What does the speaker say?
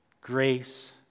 grace